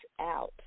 out